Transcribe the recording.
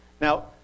Now